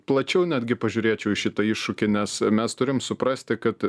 plačiau netgi pažiūrėčiau į šitą iššūkį nes mes turim suprasti kad